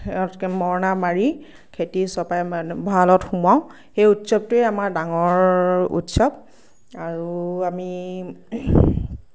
মৰণা মাৰি খেতি চপাই ভঁৰালত সুমুৱাও সেই উৎসৱটোৱেই আমাৰ ডাঙৰ উৎসৱ আৰু আমি